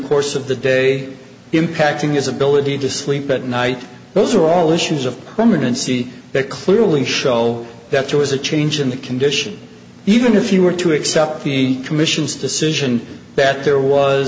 course of the day impacting his ability to sleep at night those are all issues of permanency that clearly show that there was a change in the condition even if you were to accept the commission's decision that there was